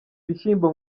bishyimbo